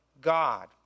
God